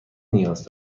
نیاز